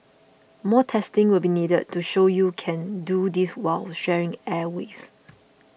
more testing will be needed to show you can do this while sharing airwaves